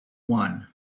one